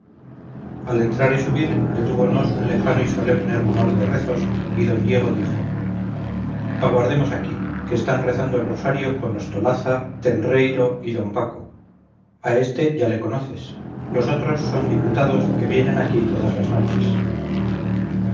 al entrar y subir detúvonos un lejano y solemne rumor de rezos y d diego dijo aguardemos aquí que están rezando el rosario con ostolaza tenreyro y d paco a este ya le conoces los otros son diputados que vienen aquí todas las noches